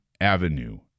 Avenue